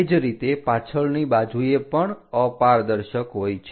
તે જ રીતે પાછળની બાજુએ પણ અપારદર્શક હોય છે